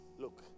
look